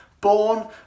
born